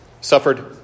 suffered